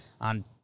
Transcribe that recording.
on